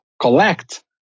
collect